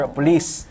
police